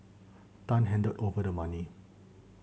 Tan handed over the money